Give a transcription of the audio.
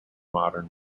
modern